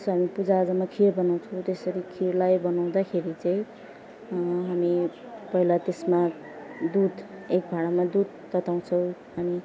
जस्तो हामी पूजा आजामा खिर बनाउँछौँ त्यसरी खिरलाई बनाउँदाखेरि चाहिँ हामी पहिला त्यसमा दुध एक भाँडामा दुध तताउँछौँ हामी